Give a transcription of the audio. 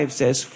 says